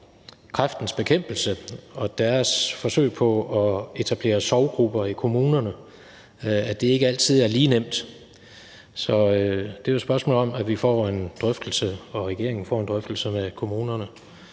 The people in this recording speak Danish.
Kræftens Bekæmpelse og deres forsøg på at etablere sorggrupper i kommunerne, at det ikke altid er lige nemt, så det er jo et spørgsmål om, at vi og regeringen også får en drøftelse med kommunerne